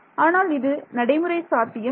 ஆனால் இது நடைமுறை சாத்தியம் இல்லை